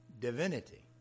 divinity